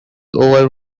over